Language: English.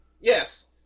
Yes